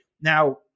Now